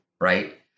right